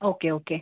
okay okay